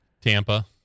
Tampa